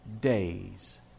days